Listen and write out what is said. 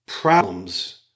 problems